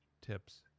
tips